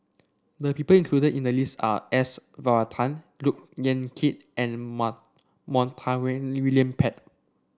the people included in the list are S Varathan Look Yan Kit and mar Montague William Pett